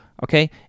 Okay